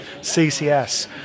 CCS